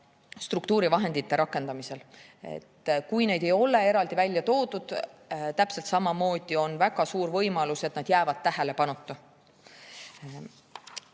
struktuurifondide vahendite rakendamisel arvestada. Kui neid ei ole eraldi välja toodud, siis täpselt samamoodi on väga suur võimalus, et nad jäävad tähelepanuta.